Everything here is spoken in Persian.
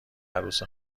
عروس